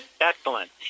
Excellent